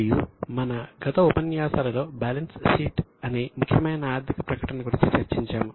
మరియు మన గత ఉపన్యాసాలలో బ్యాలెన్స్ షీట్ అనే ముఖ్యమైన ఆర్థిక ప్రకటన గురించి చర్చించాము